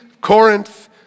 Corinth